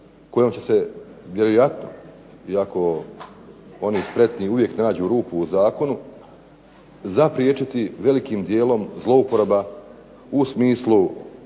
kojom će se vjerojatno, iako oni spretni uvijek nađu rupu u zakonu, zapriječiti velikim dijelom zlouporaba u smislu